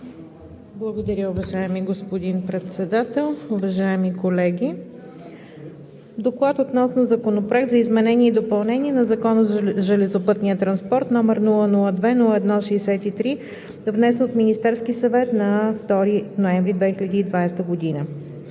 Благодаря, уважаеми господин Председател. „ДОКЛАД относно Законопроект за изменение и допълнение на Закона за железопътния транспорт, № 002-01-63, внесен от Министерския съвет на 2 ноември 2020 г.